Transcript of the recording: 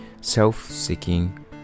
self-seeking